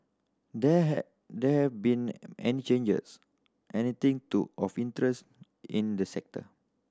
there have there have been any changes anything to of interest in the sector